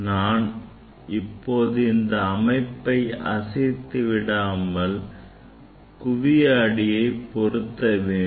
நான் இப்போது இந்த அமைப்பை அசைத்து விடாமல் குவி ஆடியை பொருத்தவேண்டும்